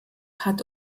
hat